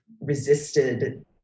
resisted